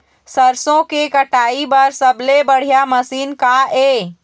सरसों के कटाई बर सबले बढ़िया मशीन का ये?